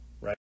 Right